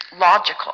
logical